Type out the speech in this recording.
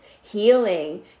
healing